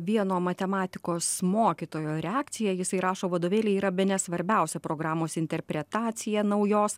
vieno matematikos mokytojo reakciją jisai rašo vadovėliai yra bene svarbiausia programos interpretacija naujos